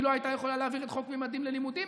והיא לא הייתה יכולה להעביר את חוק ממדים ללימודים,